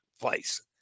place